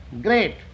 great